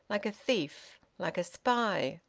like a thief, like a spy.